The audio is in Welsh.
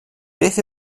beth